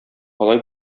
алай